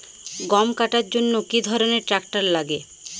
গম কাটার জন্য কি ধরনের ট্রাক্টার লাগে?